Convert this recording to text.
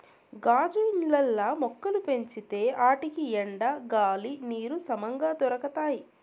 గాజు ఇండ్లల్ల మొక్కలు పెంచితే ఆటికి ఎండ, గాలి, నీరు సమంగా దొరకతాయి